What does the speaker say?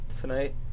tonight